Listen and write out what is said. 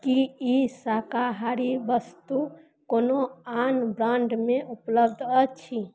की ई शाकाहारी वस्तु कोनो आन ब्रांडमे उपलब्ध अछि